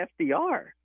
FDR